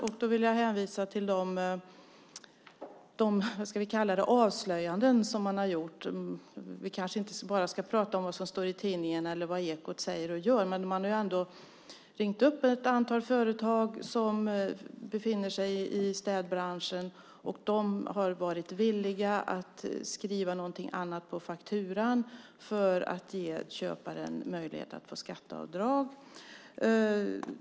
Jag vill då hänvisa till de avslöjanden som har gjorts. Vi kanske inte bara ska prata om vad som står i tidningen eller vad Ekot säger och gör. Men man har ändå ringt upp ett antal företag som befinner sig i städbranschen, och de har varit villiga att skriva någonting annat på fakturan för att ge köparen möjlighet att få skatteavdrag.